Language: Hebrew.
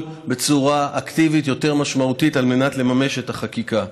בצורה אקטיבית יותר משמעותית על מנת לממש את החקיקה.